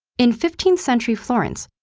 in fifteenth century florence,